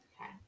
Okay